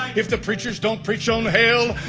if the preachers don't preach on hell.